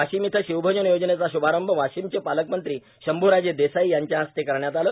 वाशिम इथं शिवभोजन योजनेचा श्भारंभ वाशिमचे पालकमंत्री शंभूराजे देसाई यांच्या हस्ते करण्यात आला